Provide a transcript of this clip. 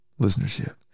listenership